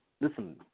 listen